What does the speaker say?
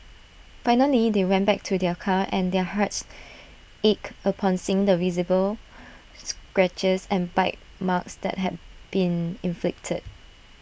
finally they went back to their car and their hearts ached upon seeing the visible scratches and bite marks that had been inflicted